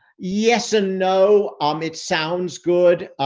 yes and no. um it sounds good.